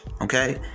Okay